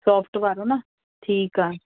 soft वारो न ठीकु आहे